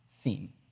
theme